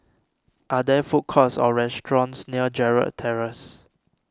are there food courts or restaurants near Gerald Terrace